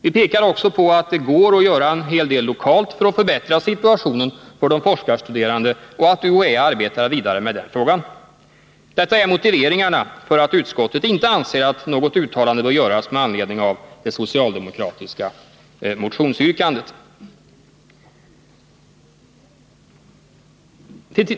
Vi pekar också på att det går att göra en hel del lokalt för att förbättra situationen för de forskarstuderande och att UHÄ arbetar vidare med den frågan. Detta är motiveringarna för att utskottets majoritet inte anser att något uttalande bör göras med anledning av det socialdemokratiska motionsyrkandet.